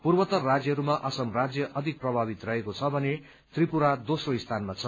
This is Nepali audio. पूर्वोत्तर राज्यहरूमा असम राज्य अधिक प्रभावित रहेको छ भने व्रिपुरा दोघ्रो स्थानमा छ